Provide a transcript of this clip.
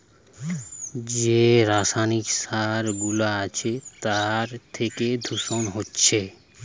যে রাসায়নিক সার গুলা আছে তার থিকে দূষণ হচ্ছে